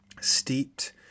steeped